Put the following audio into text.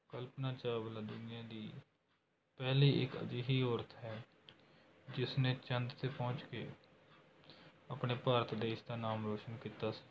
ਕਲਪਨਾ ਚਾਵਲਾ ਦੁਨੀਆ ਦੀ ਪਹਿਲੀ ਇੱਕ ਅਜਿਹੀ ਔਰਤ ਹੈ ਜਿਸਨੇ ਚੰਦ 'ਤੇ ਪਹੁੰਚ ਕੇ ਆਪਣੇ ਭਾਰਤ ਦੇਸ਼ ਦਾ ਨਾਮ ਰੋਸ਼ਨ ਕੀਤਾ ਸੀ